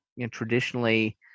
traditionally